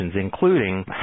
including